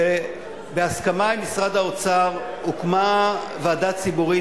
בהסכמה עם משרד האוצר הוקמה ועדה ציבורית,